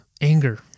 anger